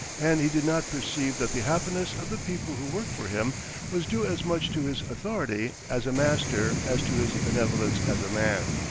and he did not perceive that the happiness of the people who worked for him was due as much to his authority as a master as to his benevolence as a man.